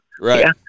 Right